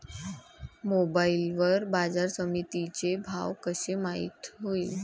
Mobile वर बाजारसमिती चे भाव कशे माईत होईन?